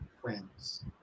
friends